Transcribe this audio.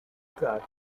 quatre